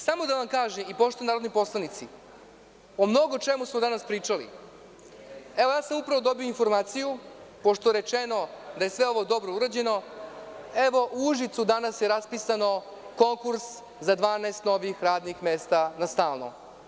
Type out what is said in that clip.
Samo da vam kažem poštovani narodni poslanici, o mnogo čemu smo danas pričali, i upravo sam dobio informaciju, pošto je rečeno da je sve ovo dobro urađeno, u Užicu je danas raspisan konkurs za 12 novih radnih mesta za stalno.